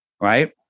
right